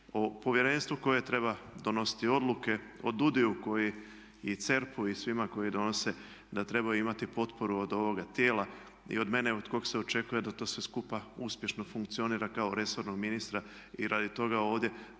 o povjerenstvu koje treba donositi odluke, o DUUDI-ju koji, i CERP-u i svima koji donose, da trebaju imati potporu od ovoga tijela i od mene od kog se očekuje da to sve skupa uspješno funkcionira kao resornog ministra. I radi toga ovdje,